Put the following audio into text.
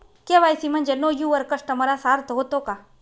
KYC म्हणजे know your customer असा अर्थ होतो का?